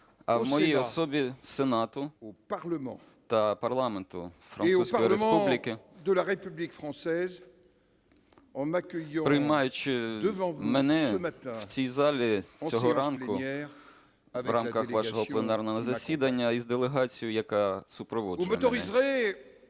а в моїй особі Сенату та Парламенту Французької Республіки, приймаючи мене в цій залі цього ранку в рамках вашого пленарного засідання із делегацією, яка супроводжує мене.